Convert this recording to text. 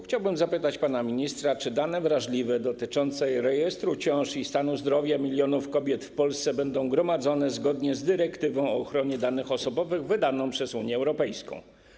Chciałbym zapytać pana ministra, czy dane wrażliwe dotyczące rejestru ciąż i stanu zdrowia milionów kobiet w Polsce będą gromadzone zgodnie z dyrektywą o ochronie danych osobowych wydaną przez Unię Europejską.